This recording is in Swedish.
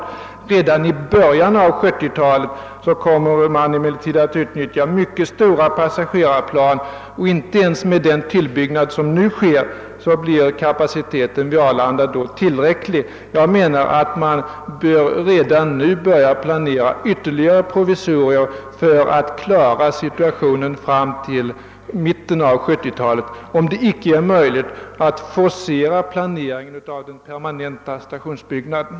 Men redan i början av 1970-talet kommer man att sätta in mycket stora passagerarplan, och inte ens med den tillbyggnad som nu sker blir kapaciteten vid Arlanda då tillräcklig. Jag anser att man redan nu bör påbörja planeringen av ytterligare provisorier för att klara situationen fram till mitten av 1970-talet, om det inte är möjligt att forcera planeringen av den permanenta stationsbyggnaden.